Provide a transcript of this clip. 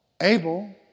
Abel